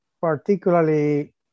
particularly